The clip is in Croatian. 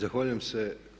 Zahvaljujem se.